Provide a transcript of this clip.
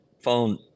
phone